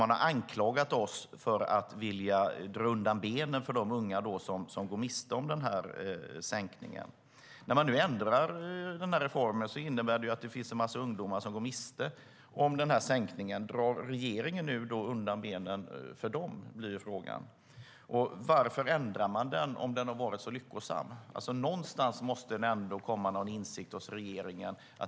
Man har anklagat oss för att vilja dra undan benen för de unga som skulle gå miste om sänkningen. När man nu ändrar reformen innebär det just att en massa ungdomar går miste om sänkningen. Då infinner sig frågan: Drar regeringen nu undan benen för dem? Varför ändrar man på detta om det varit så lyckosamt? Någonstans måste det ändå komma någon insikt hos regeringen.